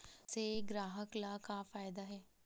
से ग्राहक ला का फ़ायदा हे?